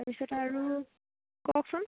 তাৰপিছত আৰু কওকচোন